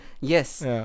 Yes